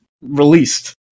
released